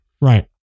Right